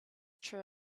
true